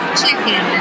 chicken